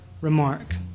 remark